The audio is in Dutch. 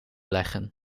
leggen